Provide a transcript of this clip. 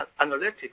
analytics